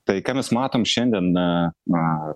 tai ką mes matom šiandien na na